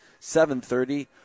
7.30